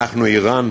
אנחנו איראן?